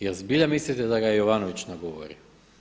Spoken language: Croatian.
Jel' zbilja mislite da ga je Jovanović nagovorio?